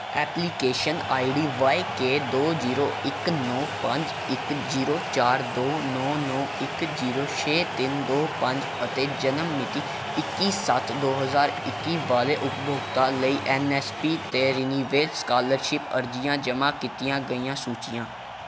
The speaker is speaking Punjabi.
ਐਪਲੀਕੇਸ਼ਨ ਆਈ ਡੀ ਵਾਈ ਕੇ ਦੋ ਜੀਰੋ ਇੱਕ ਨੌਂ ਪੰਜ ਇੱਕ ਜੀਰੋ ਚਾਰ ਦੋ ਨੌਂ ਨੌਂ ਇੱਕ ਜੀਰੋ ਛੇ ਤਿੰਨ ਦੋ ਪੰਜ ਅਤੇ ਜਨਮ ਮਿਤੀ ਇੱਕੀ ਸੱਤ ਦੋ ਹਜ਼ਾਰ ਇੱਕੀ ਵਾਲੇ ਉਪਭੋਗਤਾ ਲਈ ਐਨ ਐਸ ਪੀ 'ਤੇ ਰਿਨਿਵੇਲ ਸਕਾਲਰਸ਼ਿਪ ਅਰਜ਼ੀਆਂ ਜਮ੍ਹਾਂ ਕੀਤੀਆਂ ਗਈਆਂ ਸੂਚੀਆਂ